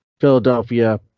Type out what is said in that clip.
Philadelphia